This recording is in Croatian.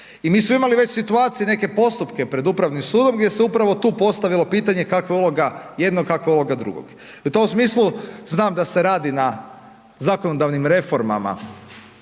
I mi smo imali već situacije i neke postupke pred upravnim sudom gdje se upravo tu postavilo pitanje kakva je uloga jednog, kakva je uloga drugog. I u tom smislu znam da se radi o zakonodavnim reformama